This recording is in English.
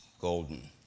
golden